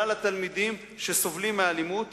כלל התלמידים שסובלים מאלימות